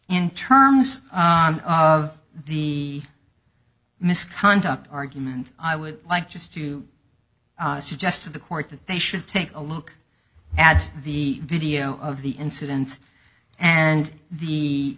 in terms of the misconduct argument i would like just to suggest to the court that they should take a look at the video of the incident and the